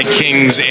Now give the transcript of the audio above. kings